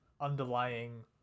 underlying